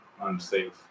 unsafe